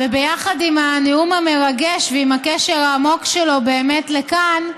וביחד עם הנאום המרגש ועם הקשר העמוק שלו באמת לכאן,